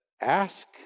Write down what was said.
ask